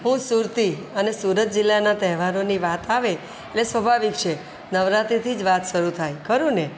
હું સુરતી અને સુરત જિલ્લાના તહેવારોની વાત આવે એટલે સ્વાભાવિક છે નવરાત્રિથી જ વાત શરૂં થાય ખરું ને